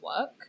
work